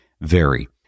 vary